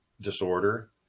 disorder